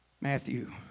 Matthew